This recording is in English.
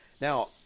Now